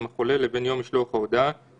אלא לצורך ביצוע הוראות חוק זה.